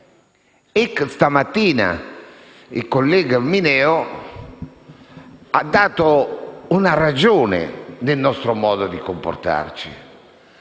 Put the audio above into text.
e, stamattina, il collega Mineo ha dato una ragione del nostro modo di comportarci,